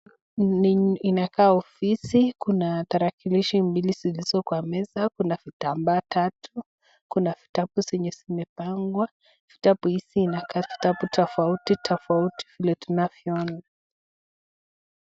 Inakaa ofisi, kuna tarakilishi mbili zilizo kwa meza, kuna vitamba tatu, kuna vitabu zenye zimepangwa. Vitabu hizi inakaa vitabu tofauti tofauti vile tunavyoona.